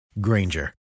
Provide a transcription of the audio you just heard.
Granger